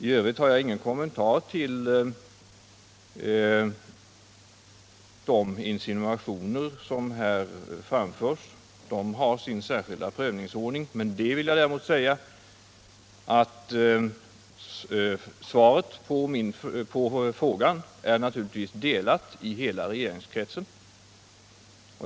I övrigt har jag ingen kommentar till de insinuationer som här framförts. Vi har en särskild ordning för att pröva sådana saker. Däremot vill jag säga att svaret på frågan naturligtvis är utdelat till hela regeringskretsen.